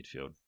midfield